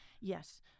Yes